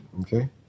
Okay